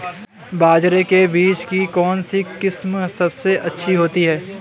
बाजरे के बीज की कौनसी किस्म सबसे अच्छी होती है?